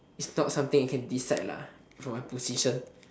it's not something I can decide lah from my position